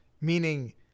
Meaning